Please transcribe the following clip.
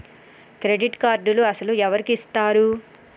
Credit కార్డులు అసలు ఎవరికి ఇస్తారు?